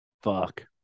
Fuck